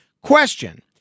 Question